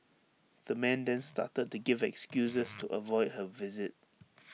the man then started to give excuses to avoid her visit